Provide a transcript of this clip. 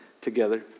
together